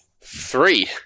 Three